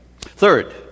Third